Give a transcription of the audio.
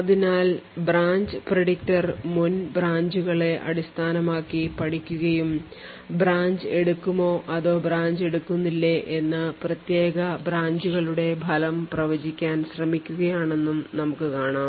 അതിനാൽ branch predictor മുൻ branch കളെ അടിസ്ഥാനമാക്കി പഠിക്കുകയും ബ്രാഞ്ച് എടുക്കുമോ അതോ ബ്രാഞ്ച് എടുക്കുന്നില്ലേ എന്ന് പ്രത്യേക ബ്രാഞ്ചുകളുടെ ഫലം പ്രവചിക്കാൻ ശ്രമിക്കുകയാണെന്നും നമുക്ക് കാണാം